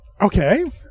Okay